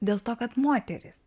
dėl to kad moteris